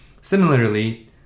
similarly